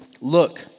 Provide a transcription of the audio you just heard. Look